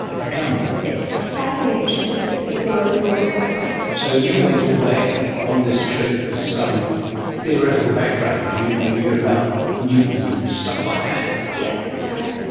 how come? it's fascinating and interesting to see the way the world works. so you went away on this trip with some theoretical background, you you knew about newton and stuff like that. yes, that's right.